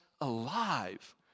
alive